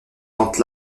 plante